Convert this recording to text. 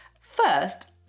First